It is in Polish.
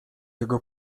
jego